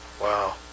Wow